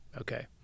Okay